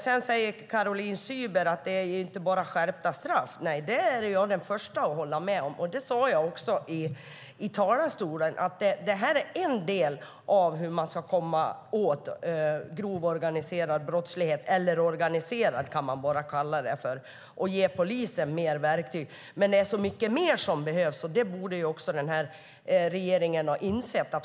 Sedan säger Caroline Szyber att det inte bara handlar om skärpta straff. Det är jag den första att hålla med om, och det sade jag också i talarstolen. Det här är en del i att komma åt grov organiserad - eller det räcker med att kalla den organiserad - brottslighet och ge polisen mer verktyg, men det är så mycket mer som behövs, och det borde också regeringen ha insett.